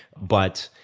but,